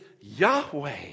Yahweh